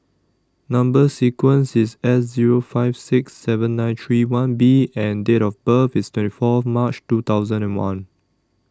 Number sequence IS S Zero five six seven nine three one B and Date of birth IS twenty Fourth March two thousand and one